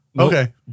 Okay